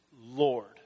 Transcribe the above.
Lord